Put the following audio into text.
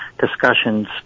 discussions